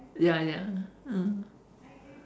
ya ya mm